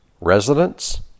residents